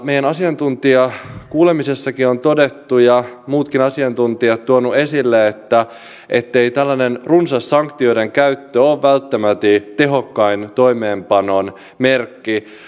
meidän asiantuntijakuulemisessakin on todettu ja muutkin asiantuntijat tuoneet esille ettei tällainen runsas sanktioiden käyttö ole välttämättä tehokkain toimeenpanon merkki